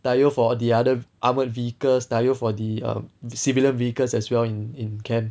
打油 for the other armoured vehicles 打油 for the err civilian vehicles as well in in camp